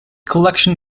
collection